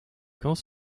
camps